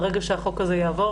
ברגע שהחוק הזה יעבור,